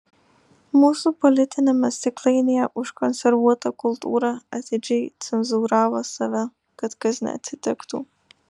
mūsų politiniame stiklainyje užkonservuota kultūra atidžiai cenzūravo save kad kas neatsitiktų